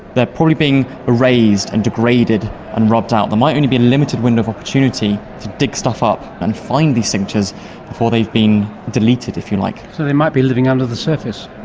they're probably being raised and degraded and rubbed out. there might only be a limited window of opportunity to dig stuff up and find these signatures before they've been deleted, if you like. so they might be living under the surface.